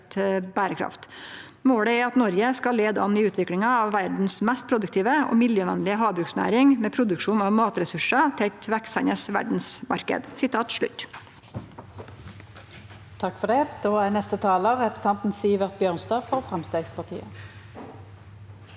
Målet er at Norge skal lede an i utviklingen av verdens mest produktive og miljøvennlige havbruksnæring med produksjon av matressurser til et voksende verdensmarked».